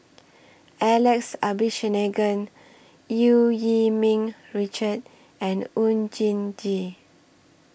Alex Abisheganaden EU Yee Ming Richard and Oon Jin Gee